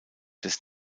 des